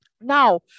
Now